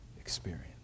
Experience